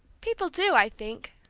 people do, i think,